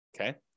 okay